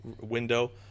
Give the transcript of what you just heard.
window